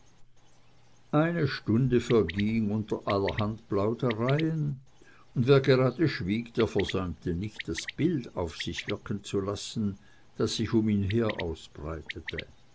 eine stunde verging unter allerhand plaudereien und wer gerade schwieg der versäumte nicht das bild auf sich wirken zu lassen das sich um ihn her ausbreitete